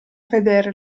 vedere